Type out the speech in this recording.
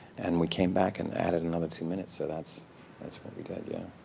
and we came back and added another two minutes. so that's that's what we did. yeah.